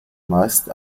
meist